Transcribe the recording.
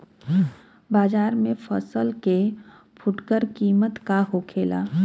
बाजार में फसल के फुटकर कीमत का होखेला?